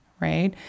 right